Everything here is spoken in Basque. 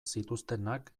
zituztenak